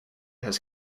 has